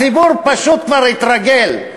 הציבור פשוט כבר התרגל.